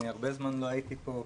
הרבה זמן לא הייתי פה,